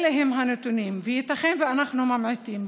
אלה הם הנתונים, וייתכן ואנחנו ממעיטים.